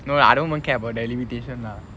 no lah I don't even care about the limitation ah